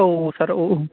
औ औ सार औ औ